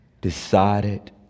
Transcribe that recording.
decided